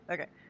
Okay